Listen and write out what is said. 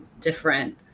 different